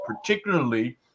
particularly